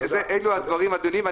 אלו דברים עדינים.